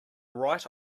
right